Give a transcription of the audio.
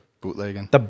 Bootlegging